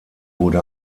wurde